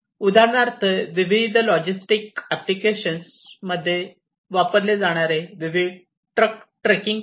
उदाहरणार्थ विशिष्ट logistic applications मध्ये वापरले जाणारे विविध ट्रक ट्रेकिंग करणे